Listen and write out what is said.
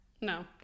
No